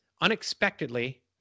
unexpectedly